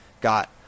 got